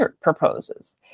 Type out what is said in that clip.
proposes